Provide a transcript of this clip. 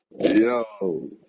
Yo